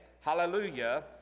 hallelujah